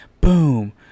boom